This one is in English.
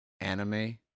anime